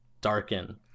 darken